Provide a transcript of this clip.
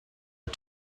are